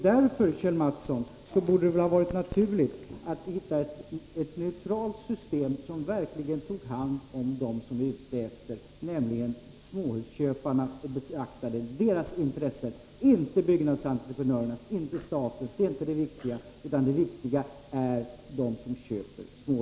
Därför, Kjell Mattsson, borde det ha varit naturligt att hitta ett neutralt system som verkligen tog hand om dem som vi vill skydda, nämligen småhusköparna. Vi borde hitta ett system där deras intressen beaktades. Det är inte entreprenörernas och inte statens intressen som är det viktiga, utan det viktiga är att skydda dem som köper småhus.